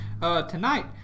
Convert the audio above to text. tonight